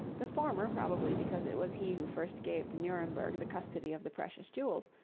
the former probably because it was he who first gave to nuremberg the custody of the precious jewels,